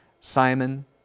Simon